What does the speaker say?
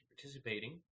participating